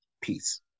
Peace